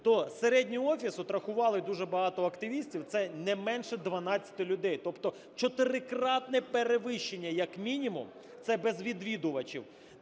то середній офіс, от рахували дуже багато активістів, це не менше 12 людей, тобто чотирикратне перевищення як мінімум, це без відвідувачів.